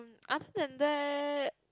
other than that